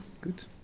good